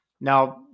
Now